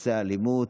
בנושא האלימות,